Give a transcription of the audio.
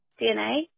DNA